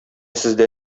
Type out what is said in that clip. сездә